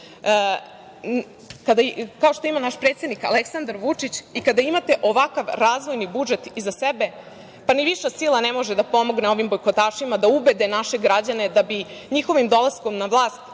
kao što ih ima naš predsednik Aleksandar Vučić, i kada imate ovakav razvojni budžet iza sebe, pa ni viša sile ne može da pomogne ovim bojkotašima da ubede naše građane da bi njihovim dolaskom na vlast